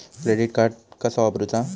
Credit card कसा वापरूचा?